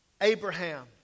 Abraham